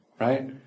right